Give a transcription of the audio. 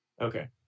Okay